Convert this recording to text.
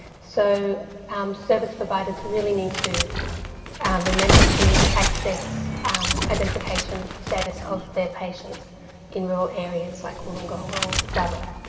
so um service providers really need to remember to access identification status of their patients in rural areas like wollongong or dubbo.